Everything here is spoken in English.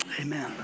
Amen